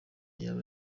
yaba